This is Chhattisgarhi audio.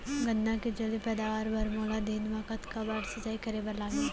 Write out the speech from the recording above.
गन्ना के जलदी पैदावार बर, मोला दिन मा कतका बार सिंचाई करे बर लागही?